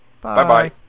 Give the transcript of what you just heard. Bye-bye